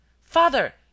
Father